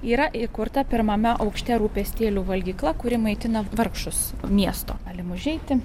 yra įkurta pirmame aukšte rūpestėlių valgyklą kuri maitina vargšus miesto galim užeiti